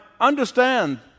understand